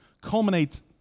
culminates